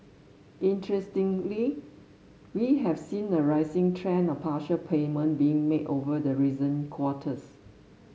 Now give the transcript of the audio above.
interestingly we have seen a rising trend of partial payment being made over the recent quarters